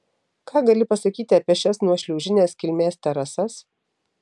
ką gali pasakyti apie šias nuošliaužinės kilmės terasas